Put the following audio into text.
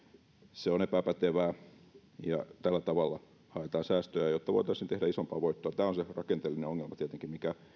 se on epäpätevää ja tällä tavalla haetaan säästöä jott a voitaisiin tehdä isompaa voittoa tämä on tietenkin se rakenteellinen ongelma mikä